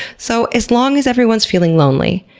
so, as long as everyone's feeling lonely,